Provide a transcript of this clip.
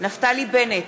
נפתלי בנט,